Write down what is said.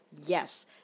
yes